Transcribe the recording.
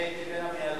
אני הייתי בין המיילדות.